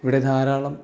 ഇവിടെ ധാരാളം